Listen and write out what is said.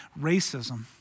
racism